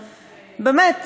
באמת,